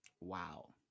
Wow